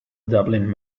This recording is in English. dublin